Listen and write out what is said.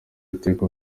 iteka